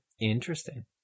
Interesting